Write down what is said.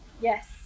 Yes